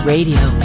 Radio